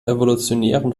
evolutionären